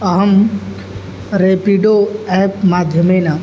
अहं रेपिडो एप् माध्यमेन